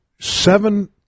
seven